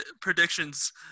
predictions